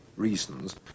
reasons